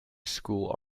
school